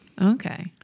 Okay